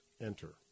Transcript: enter